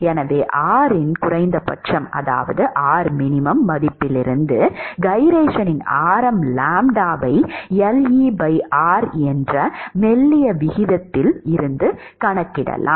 எனவே r இன் குறைந்தபட்ச மதிப்பிலிருந்து கைரேஷனின் ஆரம் லாம்ப்டாவை ler என்ற மெல்லிய விகிதத்தைக் கணக்கிடலாம்